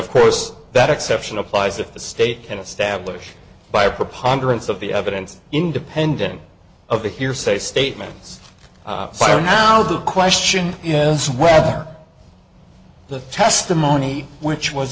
of course that exception applies if the state can establish by preponderance of the evidence independent of the hearsay statements so now the question yes where the testimony which was